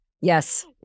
Yes